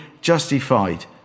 justified